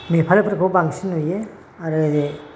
नेपालिफोरखौ बांसिन नुयो आरो ओरै